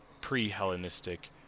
pre-Hellenistic